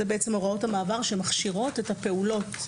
אלה הן בעצם הוראות המעבר שמכשירות את הפעולות,